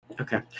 Okay